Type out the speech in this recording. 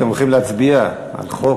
אתם הולכים להצביע על חוק,